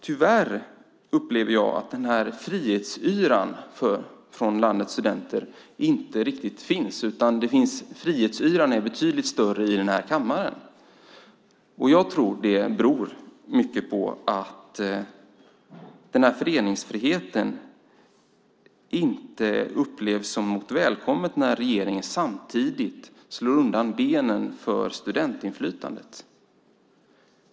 Tyvärr upplever jag att frihetsyran är betydligt större här i kammaren än bland landets studenter. Jag tror att det mycket beror på att den här föreningsfriheten inte upplevs som något välkommet när regeringen samtidigt slår undan benen för studentinflytandet.